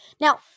Now